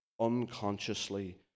unconsciously